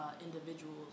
individuals